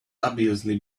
obviously